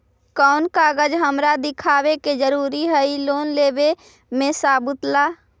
कौन कागज हमरा दिखावे के जरूरी हई लोन लेवे में सबूत ला?